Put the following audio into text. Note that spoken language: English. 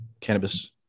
cannabis